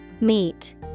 Meet